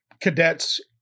cadets